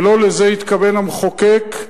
ולא לזה התכוון המחוקק,